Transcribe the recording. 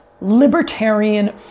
libertarian